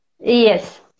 Yes